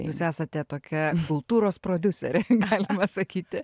jūs esate tokia kultūros prodiuserė galima sakyti